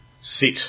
sit